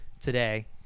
today